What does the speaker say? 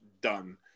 done